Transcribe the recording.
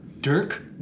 Dirk